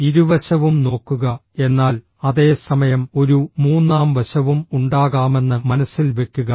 ഇരുവശവും നോക്കുക എന്നാൽ അതേ സമയം ഒരു മൂന്നാം വശവും ഉണ്ടാകാമെന്ന് മനസ്സിൽ വെക്കുക